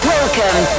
Welcome